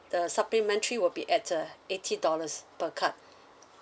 the supplementary will be at uh eighty dollars per card